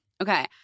Okay